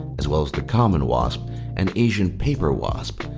as well as the common wasp and asian paper wasp.